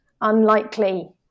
unlikely